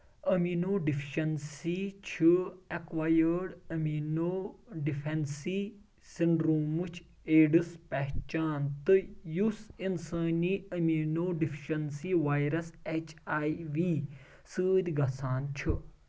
amino deficiency چھِ acquired amino deficiency سنڈرومٕچۍ AIDS پہچان تہٕ یُس انسٲنی amino deficiency virus H I V سۭتۍ گژھان چھ